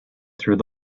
through